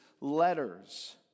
letters